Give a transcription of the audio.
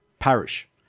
Parish